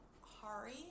Hari